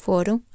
Foram